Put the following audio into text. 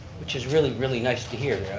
which is really, really nice to hear.